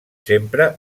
sempre